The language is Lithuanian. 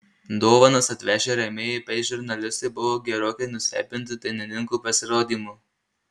dovanas atvežę rėmėjai bei žurnalistai buvo gerokai nustebinti dainininkų pasirodymu